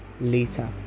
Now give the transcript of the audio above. later